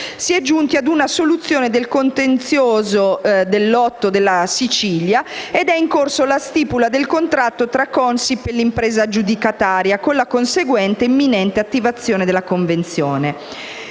si è giunti ad una soluzione del contenzioso per il lotto relativo alla Sicilia ed è in corso la stipula del contratto tra la Consip e l'impresa aggiudicataria, con la conseguente imminente attivazione della convenzione.